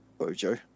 Bojo